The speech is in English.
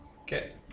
Okay